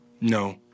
No